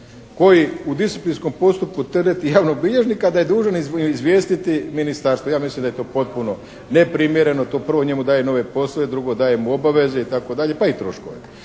koji u disciplinskom postupku tereti javnog bilježnika da je dužan izvijestiti ministarstvo. Ja mislim da je to potpuno neprimjereno. To prvo njemu daje nove poslove, drugo daje mu obaveze itd. pa i troškove.